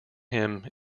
him